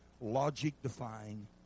logic-defying